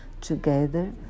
together